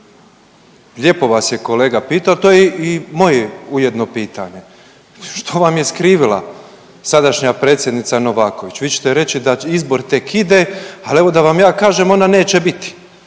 Lijepo vas je kolega pitao, to je i moje ujedno pitanje, što vam je skrivila sadašnja predsjednica Novaković? Vi ćete reći da izbor tek ide, al evo da vam ja kažem ona neće biti,